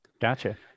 Gotcha